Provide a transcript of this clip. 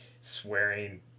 swearing